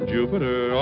Jupiter